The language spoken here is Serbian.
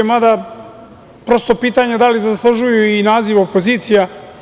Mada, prosto je i pitanje da li zaslužuju i naziv opozicija.